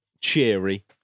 cheery